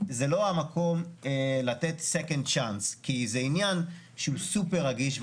זה לא המקום לתת second chance כי זה עניין שהוא סופר רגיש.